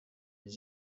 his